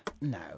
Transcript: No